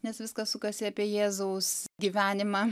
nes viskas sukasi apie jėzaus gyvenimą